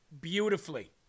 beautifully